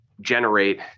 generate